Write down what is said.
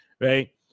right